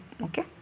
okay